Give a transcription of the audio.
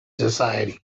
society